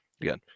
again